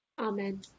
Amen